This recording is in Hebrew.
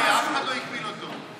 אף אחד לא הגביל אותו.